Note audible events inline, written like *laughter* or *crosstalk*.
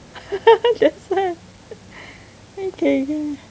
*laughs* okay